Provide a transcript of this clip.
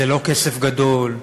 זה לא כסף גדול,